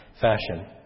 fashion